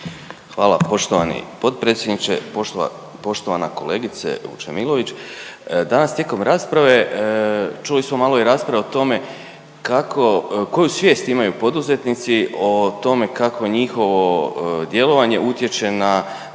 Hvala poštovani potpredsjedniče. Poštovana kolegice Vučemilović, danas tijekom rasprave čuli smo malo i rasprave o tome kako, koju svijest imaju poduzetnici o tome kako njihovo djelovanje utječe na